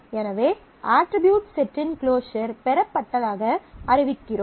எனவே அட்ரிபியூட் செட்டின் க்ளோஸர் பெறப்பட்டதாக அறிவிக்கிறோம்